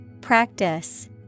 Practice